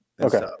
okay